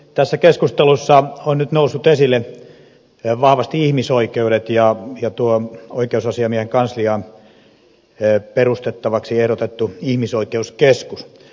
tässä keskustelussa ovat nyt nousseet esille vahvasti ihmisoikeudet ja tuo oikeusasiamiehen kansliaan perustettavaksi ehdotettu ihmisoikeuskeskus